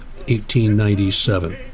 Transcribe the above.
1897